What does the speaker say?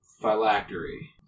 phylactery